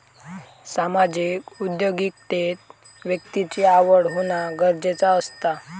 सामाजिक उद्योगिकतेत व्यक्तिची आवड होना गरजेचा असता